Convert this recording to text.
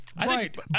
Right